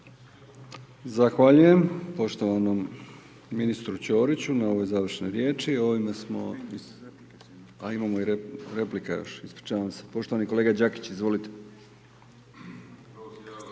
Zahvaljujem poštovanom ministru Ćoriću na ovoj završnoj riječi.